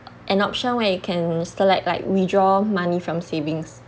an option where you can select like withdraw money from savings